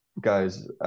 guys